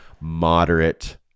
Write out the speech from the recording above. Moderate